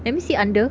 let me see under